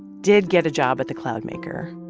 did get a job at the cloud maker.